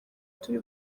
turi